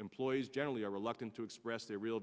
employees generally are reluctant to express their real